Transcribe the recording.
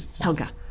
Helga